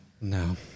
No